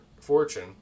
fortune